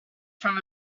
from